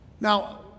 Now